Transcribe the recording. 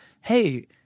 hey